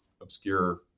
obscure